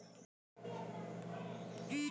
बीमा धनराशि का भुगतान कैसे कैसे किया जा सकता है?